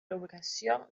reubicació